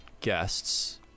guests